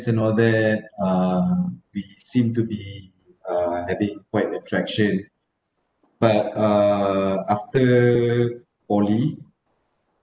and all that uh we seem to be uh having quite a traction but uh after poly